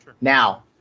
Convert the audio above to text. now